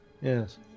Yes